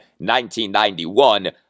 1991